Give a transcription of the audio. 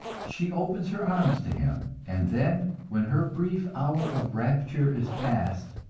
she opens her arms to him and then, when her brief hour of rapture is past,